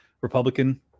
Republican